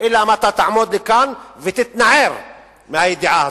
אלא אם כן אתה תעמוד כאן ותתנער מהידיעה הזאת.